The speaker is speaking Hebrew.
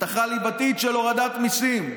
הבטחה ליבתית של הורדת מיסים,